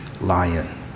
lion